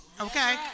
okay